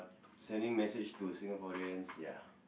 sending message to Singaporeans ya